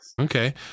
Okay